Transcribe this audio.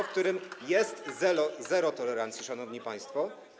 w którym jest zero tolerancji, szanowni państwo.